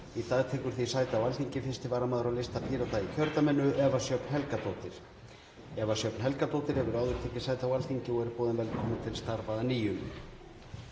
Í dag tekur því sæti á Alþingi 1. varamaður á lista Pírata í kjördæminu, Eva Sjöfn Helgadóttir. Eva Sjöfn Helgadóttir hefur áður tekið sæti á Alþingi og er boðin velkomin til starfa að nýju.